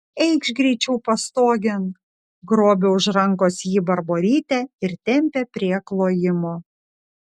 eikš greičiau pastogėn grobia už rankos jį barborytė ir tempia prie klojimo